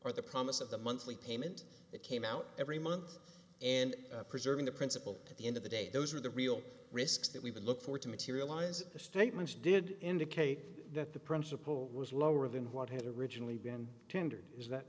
are the promise of the monthly payment that came out every month and preserving the principle at the end of the day those are the real risks that we would look for to materialize the statements did indicate that the principle was lower than what had originally been tendered is that